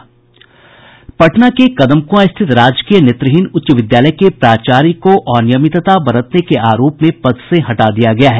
पटना के कदम कूंआ स्थित राजकीय नेत्रहीन उच्च विद्यालय के प्राचार्य को अनियमितता बरतने के आरोप में पद से हटा दिया गया है